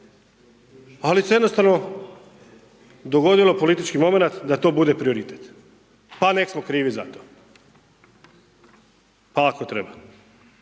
Ali se jednostavno dogodio politički momenat da to bude prioritet. Pa neka smo krivi za to, pa ako treba.